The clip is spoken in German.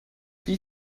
wie